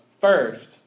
first